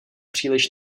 příliš